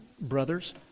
brothers